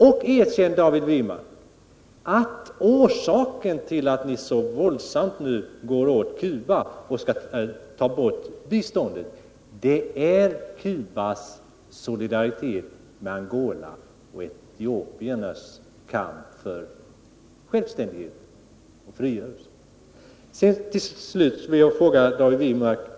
Och erkänn, David Wirmark, att orsaken till att ni går så våldsamt hårt åt Cuba och skall ta bort biståndet är Cubas solidaritet med Angola och Etiopien i deras kamp för självständighet och frigörelse. Till slut vill jag ställa en fråga till David Wirmark.